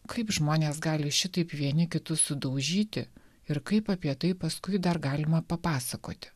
kaip žmonės gali šitaip vieni kitus sudaužyti ir kaip apie tai paskui dar galima papasakoti